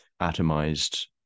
atomized